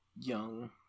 young